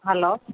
hello